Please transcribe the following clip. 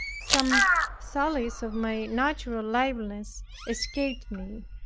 some sallies of my natural liveliness escaped me,